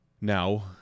Now